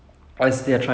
mm